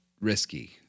risky